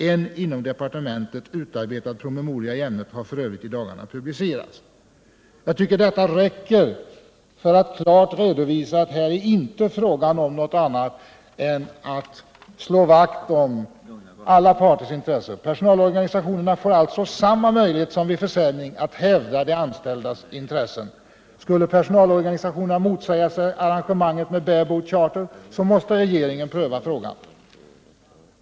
En inom departementet utarbetad promemoria i ämnet har f. ö. i dagarna publicerats.” Jag tycker att detta räcker för att klart redovisa att det här inte är fråga om något annat än att slå vakt om alla parters intressen. Personalorganisationerna får alltså samma möjlighet som vid försäljning att hävda de anställdas intressen. Skulle personalorganisationerna motsätta sig arrangemanget med bare-boat charter, måste regeringen pröva frågan.